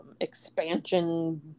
expansion